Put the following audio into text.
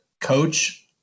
coach